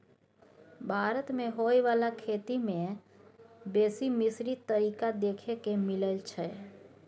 भारत मे होइ बाला खेती में बेसी मिश्रित तरीका देखे के मिलइ छै